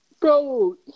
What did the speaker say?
Bro